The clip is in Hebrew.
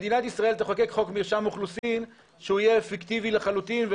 שמדינת ישראל תחוקק חוק מרשם אוכלוסין שהוא יהיה פיקטיבי לחלוטין.